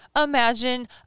imagine